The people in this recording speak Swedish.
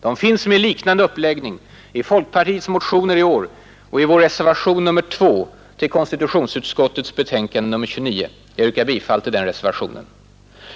De finns med liknande uppläggning i folkpartiets motioner i år och i vår reservation nr 2 till konstitutionsutskottets betänkande nr 29; jag yrkar bifall till den reservationen.